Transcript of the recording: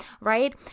right